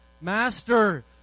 Master